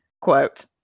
Quote